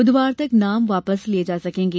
बुधवार तक नाम वापस लिये जा सकेंगे